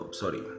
sorry